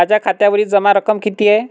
माझ्या खात्यावरील जमा रक्कम किती आहे?